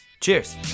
Cheers